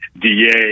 DA